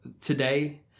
Today